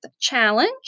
challenge